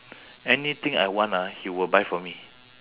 anything I want ah he will buy for me